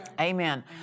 Amen